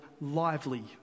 lively